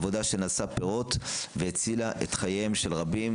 עבודה שנשאה פירות רבים והצילה את חייהם של רבים.